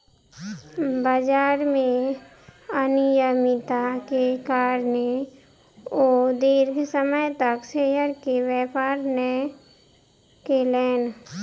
बजार में अनियमित्ता के कारणें ओ दीर्घ समय तक शेयर के व्यापार नै केलैन